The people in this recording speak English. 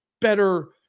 better